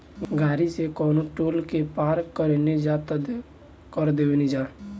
गाड़ी से कवनो टोल के पार करेनिजा त कर देबेनिजा